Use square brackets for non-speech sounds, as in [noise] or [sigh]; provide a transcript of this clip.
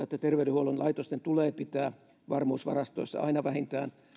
[unintelligible] että terveydenhuollon laitosten tulee pitää varmuusvarastoissa aina vähintään